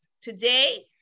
today